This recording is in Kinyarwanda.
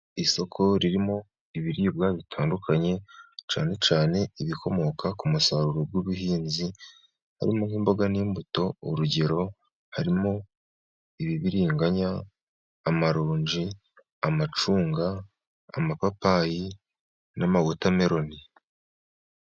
Isoko ririmo ibiribwa bitandukanye, cyane cyane ibikomoka ku musaruro w'ubuhinzi harimo nk'imboga n'imbuto, urugero harimo: ibibiriganya, amaronji, amacunga, amapapayi n'amawotameloni.